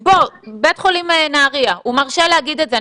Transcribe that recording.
בית חולים נהריה הוא מרשה להגיד את זה,